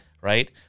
Right